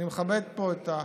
אני מכבד פה את,